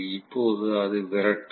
இப்போது அது விரட்டும்